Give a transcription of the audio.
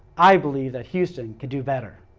i believe that houston could do better.